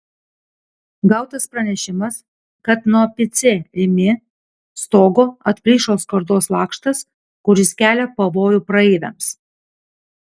gautas pranešimas kad nuo pc rimi stogo atplyšo skardos lakštas kuris kelia pavojų praeiviams